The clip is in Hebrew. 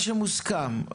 על מה שמוסכם.